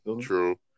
true